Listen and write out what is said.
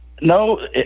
No